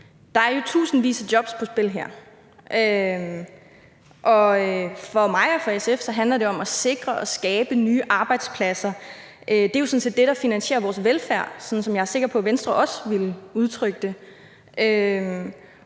der er jo tusindvis af jobs på spil her, og for mig og for SF handler det om at sikre og skabe nye arbejdspladser. Det er jo sådan set det, der finansierer vores velfærd – sådan, som jeg er sikker på at Venstre også ville udtrykke det.